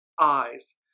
eyes